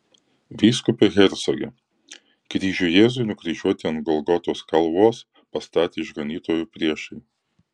vyskupe hercoge kryžių jėzui nukryžiuoti ant golgotos kalvos pastatė išganytojo priešai